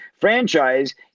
franchise